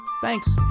Thanks